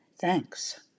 Thanks